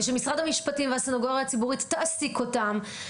ושמשרד המשפטים והסנגוריה הציבורית תעסיק אותם,